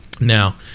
Now